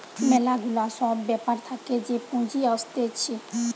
ম্যালা গুলা সব ব্যাপার থাকে যে পুঁজি আসতিছে